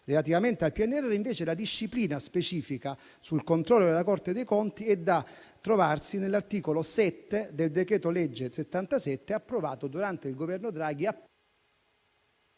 Relativamente al PNRR, invece, la disciplina specifica sul controllo della Corte dei conti è da trovarsi nell'articolo 7 del decreto-legge n. 77 approvato durante il Governo Draghi.